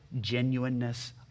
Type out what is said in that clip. genuineness